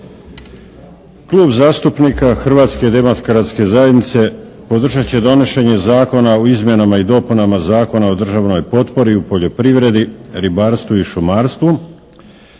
Klub zastupnika Hrvatske demokratske zajednice podržat će donošenje Zakona o izmjenama i dopunama Zakona o državnoj potpori u poljoprivredi, ribarstvu i šumarstvu